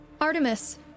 Artemis